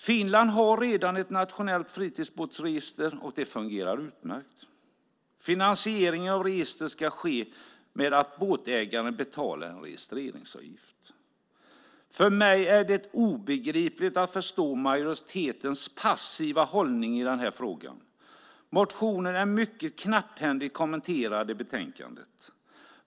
Finland har redan ett nationellt fritidsbåtsregister, och det fungerar utmärkt. Finansieringen av registret ska ske genom att båtägaren betalar en registreringsavgift. För mig är majoritetens passiva hållning i den här frågan obegriplig. Motionen är mycket knapphändigt kommenterad i den här frågan.